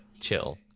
chill